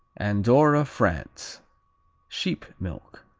andorra, france sheep milk.